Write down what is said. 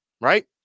right